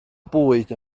bwyd